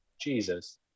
jesus